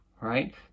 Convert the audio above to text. right